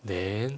then